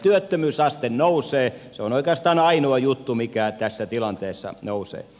työttömyysaste nousee se on oikeastaan ainoa juttu mikä tässä tilanteessa nousee